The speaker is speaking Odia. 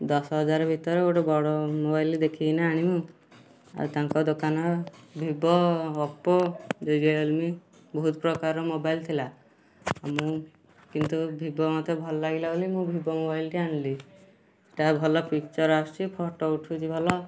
ଦଶହଜାର ଭିତରେ ଗୋଟେ ବଡ଼ ମୋବାଇଲ ଦେଖିକିନା ଆଣିବୁ ଆଉ ତାଙ୍କ ଦୋକାନ ଭିବୋ ଓପୋ ରିୟଲମି ବହୁତ ପ୍ରକାରର ମୋବାଇଲ ଥିଲା ମୁଁ କିନ୍ତୁ ଭିବୋ ମତେ ଭଲଲାଗିଲା ବୋଲି ମୁଁ ଭିବୋ ମୋବାଇଲଟି ଆଣିଲି ତା ଭଲ ପିକଚର ଆସୁଛି ଫଟୋ ଉଠୁଛି ଭଲ